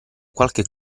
qualche